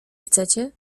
chcecie